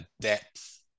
depth